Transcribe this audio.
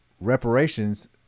reparations